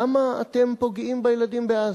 למה אתם פוגעים בילדים בעזה?